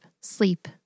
sleep